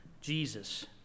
Jesus